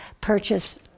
purchase